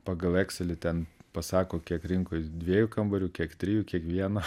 pagal ekselį ten pasako kiek rinkoj dviejų kambarių kiek trijų kiek vieno